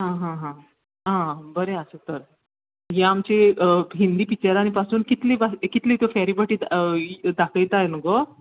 हा हा बरे आसा तर हे आमचे हिन्दी पिच्चरांनी पसून कितली पा कितली फेरीबोटी एक दाखयताय न्हू गो